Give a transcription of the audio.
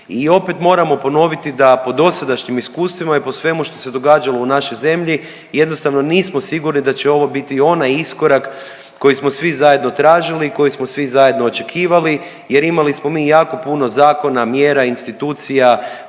I opet moramo ponoviti da po dosadašnjim iskustvima i po svemu što se događalo u našoj zemlji jednostavno nismo sigurni da će ovo biti onaj iskorak koji smo svi zajedno tražili, koji smo svi zajedno očekivali jer imali smo mi i jako puno zakona, mjera, institucija,